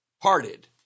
parted